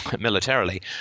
militarily